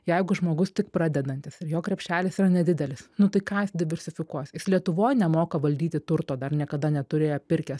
jeigu žmogus tik pradedantis ir jo krepšelis yra nedidelis nu tai ką jis diversifikuos jis lietuvoj nemoka valdyti turto dar niekada neturėjo pirkęs